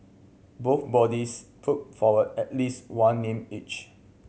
both bodies put forward at least one name each